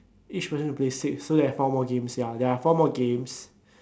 each person should play six so there are four more games ya there are four more games